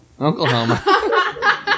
Oklahoma